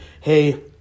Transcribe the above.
hey